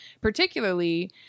particularly